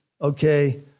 okay